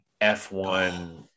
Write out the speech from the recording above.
F1